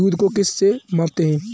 दूध को किस से मापते हैं?